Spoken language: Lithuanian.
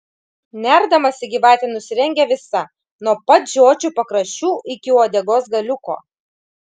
nerdamasi gyvatė nusirengia visa nuo pat žiočių pakraščių iki uodegos galiuko